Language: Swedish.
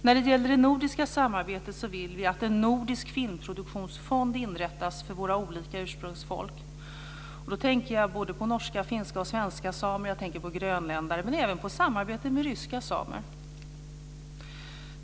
När det gäller det nordiska samarbetet vill vi att en nordisk filmproduktionsfond inrättas för våra olika ursprungsfolk. Då tänker jag på norska, finska och svenska samer, jag tänker på grönländare men även på samarbete med ryska samer.